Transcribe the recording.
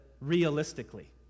realistically